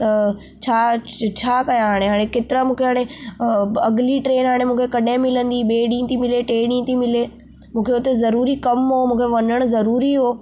त छा छा कयां हाणे हाणे केतिरा मूंखे हाणे अॻिली ट्रेन मूंखे हाणे कॾहिं मिलंदी ॿिए ॾींहुं थी मिले टिएं ॾींहुं थी मिले मूंखे हुते ज़रूरी कमु हो वञणु ज़रूरी हो